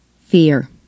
fear